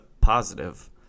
positive